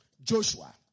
Joshua